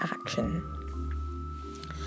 action